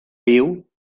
viu